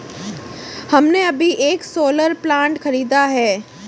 हमने अभी एक सोलर प्लांट खरीदा है